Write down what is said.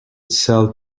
sell